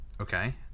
Okay